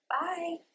Bye